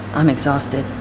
i'm exhausted.